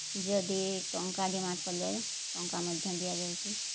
ଯଦି ଟଙ୍କା ଡିମାଣ୍ଡ୍ କଲେ ଟଙ୍କା ମଧ୍ୟ ଦିଆଯାଉଛି